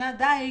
ספינת דייג.